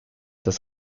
dass